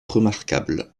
remarquables